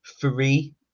three